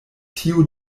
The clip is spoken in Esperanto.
tio